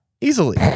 Easily